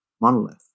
monolith